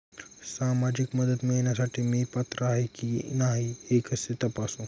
सामाजिक मदत मिळविण्यासाठी मी पात्र आहे किंवा नाही हे कसे तपासू?